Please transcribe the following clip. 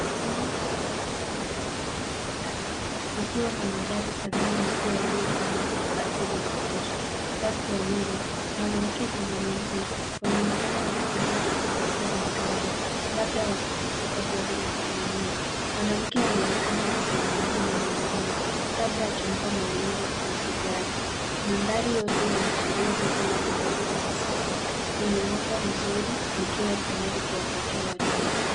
Eneo la mauzo la magari linaonekana likiwa na magari kadhaa mapya yaliyopangwa kwa ajili ya kuuzwa. Watu wawili, mwanamke na mwanaume wanaonekana wakitembea katikati ya magari labda wakitafuta gari la kununua. Mwanamke anaonekana akizungumza na mwanaume labda akimpa maelezo kuhusu gari. Mandhari yote inaashiria duka la magari la kisasa lenye mwanga mzuri likiwa tayari kuwapokea wateja.